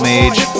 Mage